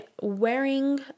wearing